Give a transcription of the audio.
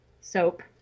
soap